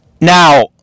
Now